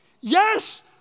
Yes